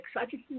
excited